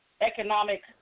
economic